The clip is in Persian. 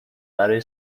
برای